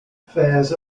fares